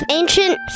ancient